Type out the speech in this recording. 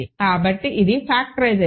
కాబట్టి ఇది ఫాక్టరైజేషన్